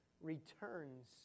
returns